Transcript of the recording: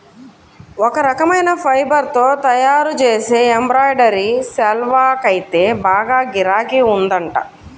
ఒక రకమైన ఫైబర్ తో తయ్యారుజేసే ఎంబ్రాయిడరీ శాల్వాకైతే బాగా గిరాకీ ఉందంట